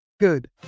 Good